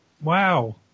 Wow